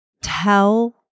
tell